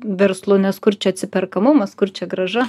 verslu nes kur čia atsiperkamumas kur čia grąža